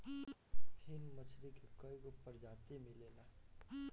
फिन मछरी के कईगो प्रजाति मिलेला